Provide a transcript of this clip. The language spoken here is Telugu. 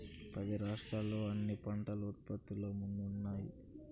పది రాష్ట్రాలు అన్ని పంటల ఉత్పత్తిలో ముందున్నాయి